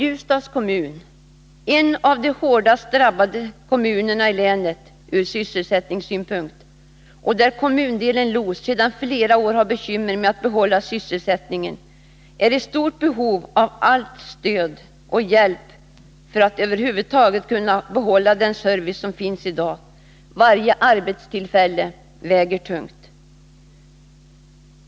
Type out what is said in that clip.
Ljusdals kommun — en av de från sysselsättningssynpunkt hårdast drabbade kommunerna i länet, där kommundelen Los sedan flera år tillbaka har bekymmer med att behålla sysselsättningen — är i stort behov av allt stöd och all hjälp för att över huvud taget kunna behålla den service som finns i dag. Varje arbetstillfälle väger tungt.